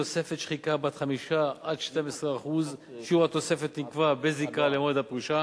תוספת שחיקה בת 5% 12%. שיעור התוספת נקבע בזיקה למועד הפרישה,